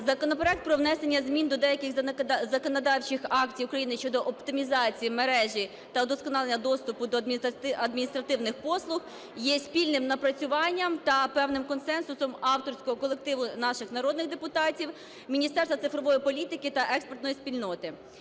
законопроект про внесення змін до деяких законодавчих актів України щодо оптимізації мережі та удосконалення доступу до адміністративних послуг є спільним напрацюванням та певним консенсусом авторського колективу наших народних депутатів, Міністерства цифрової політики та експертної спільноти.